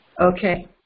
okay